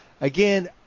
Again